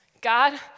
God